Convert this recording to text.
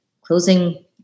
closing